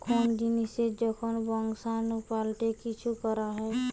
কোন জিনিসের যখন বংশাণু পাল্টে কিছু করা হয়